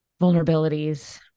vulnerabilities